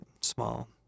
small